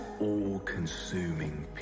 all-consuming